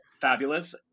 fabulous